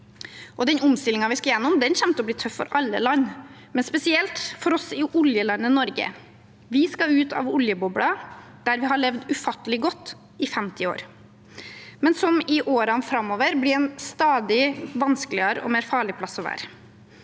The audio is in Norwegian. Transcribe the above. Den omstillingen vi skal igjennom, kommer til å bli tøff for alle land, men spesielt for oss i oljelandet Norge. Vi skal ut av oljebobla, der vi har levd ufattelig godt i 50 år, men som i årene framover blir en stadig vanskeligere og farligere plass å være.